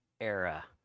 era